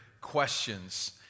Questions